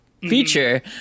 feature